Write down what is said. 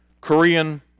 Korean